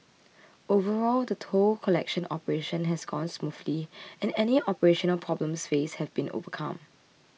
overall the toll collection operation has gone smoothly and any operational problems faced have been overcome